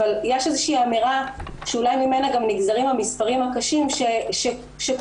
אבל יש איזושהי אמירה שאולי ממנה נגזרים המספרים הקשים שכולם